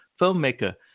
filmmaker